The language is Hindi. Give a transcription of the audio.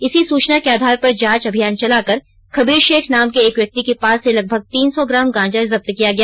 इसी सूचना के आधार पर जांच अभियान चला कर खबीर शेख नाम के एक व्यक्ति के पास से लगभग तीन सौ ग्राम गांजा जब्त किया गया